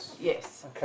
Yes